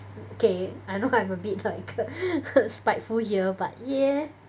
okay I know I'm a bit like spiteful here but yeah